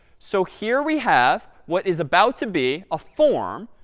so here we have what is about to be a form,